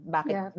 Bakit